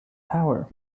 power